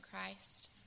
Christ